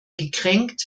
gekränkt